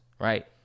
Right